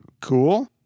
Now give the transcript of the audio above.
cool